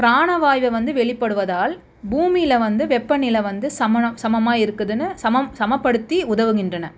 பிராணவாய்வை வந்து வெளிப்படுவதால் பூமியில் வந்து வெப்பநிலை வந்து சம சமமாக இருக்குதுன்னு சமம் சம படுத்தி உதவுகின்றனர்